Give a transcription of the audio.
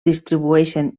distribueixen